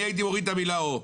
אני הייתי מוריד את המילה "או".